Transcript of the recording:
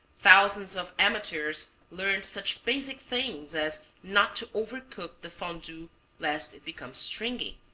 thousands of amateurs learned such basic things as not to overcook the fondue lest it become stringy,